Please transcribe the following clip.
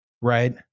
Right